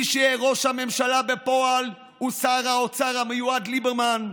מי שיהיה ראש הממשלה בפועל הוא שר האוצר המיועד ליברמן,